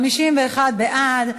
51 בעד.